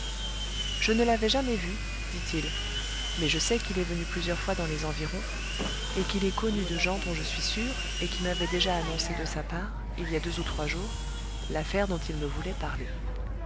je ne l'avais jamais vu dit-il mais je sais qu'il est venu plusieurs fois dans les environs et qu'il est connu de gens dont je suis sûr et qui m'avaient déjà annoncé de sa part il y a deux ou trois jours l'affaire dont il me voulait parler